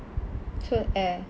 so air